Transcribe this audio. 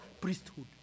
priesthood